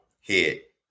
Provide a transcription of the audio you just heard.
hit